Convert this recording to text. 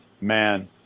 man